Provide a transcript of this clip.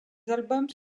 albums